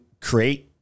create